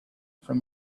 from